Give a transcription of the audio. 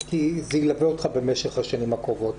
כי זה ילווה אותך במשך השנים הקרובות.